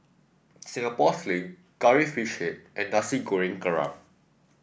Singapore Sling Curry Fish Head and Nasi Goreng Kerang